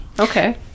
okay